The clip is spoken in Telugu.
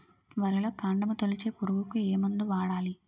వరిలో కాండము తొలిచే పురుగుకు ఏ మందు వాడాలి?